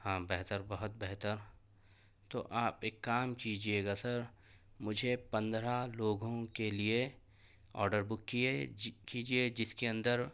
ہاں بہتر بہت بہتر تو آپ ایک کام کیجیے گا سر مجھے پندرہ لوگوں کے لیے آڈر بک کیے کیجیے جس کے اندر